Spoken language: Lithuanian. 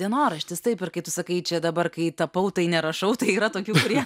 dienoraštis taip ir kai tu sakai čia dabar kai tapau tai nerašau tai yra tokių kurie